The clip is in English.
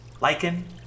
lichen